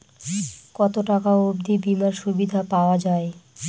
কত টাকা অবধি বিমার সুবিধা পাওয়া য়ায়?